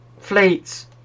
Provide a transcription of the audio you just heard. fleets